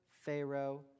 Pharaoh